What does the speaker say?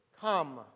come